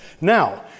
Now